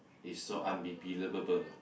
is so unbe~ believable